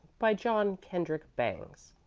by john kendrick bangs.